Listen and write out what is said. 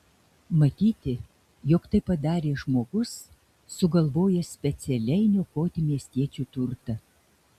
matyti jog tai padarė žmogus sugalvojęs specialiai niokoti miestiečių turtą